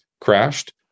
crashed